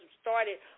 started